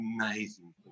amazing